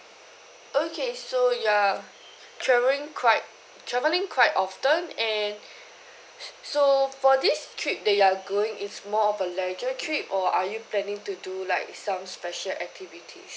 okay so you are travelling quite travelling quite often and so for this trip that you're going is more of a leisure trip or are you planning to do like some special activities